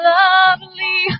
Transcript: lovely